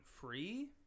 free